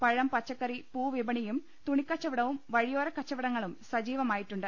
പഴം പച്ചക്കറി പൂ പ്രിപ്പണിയും തുണിക്കച്ചവട വും വഴിയോര കച്ചവടങ്ങളും സജ്ജീവമായിട്ടുണ്ട്